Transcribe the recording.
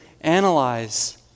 analyze